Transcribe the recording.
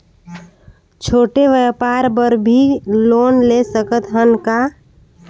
छोटे व्यापार बर भी लोन ले सकत हन का?